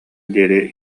диэри